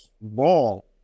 ball